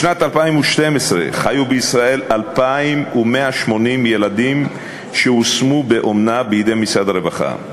בשנת 2013 חיו בישראל 2,180 ילדים שהושמו באומנה בידי משרד הרווחה.